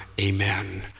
Amen